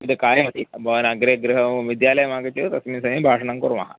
तद् कार्यमस्ति भवान् अग्रे गृहं विद्यालयमागच्छेत् तस्मिन् समये भाषणं कुर्मः